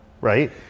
Right